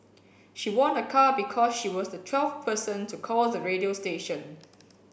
she won a car because she was the twelfth person to call the radio station